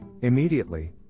Immediately